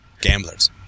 Gamblers